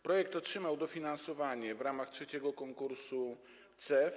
Projekt otrzymał dofinansowanie w ramach trzeciego konkursu CEF.